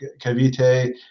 Cavite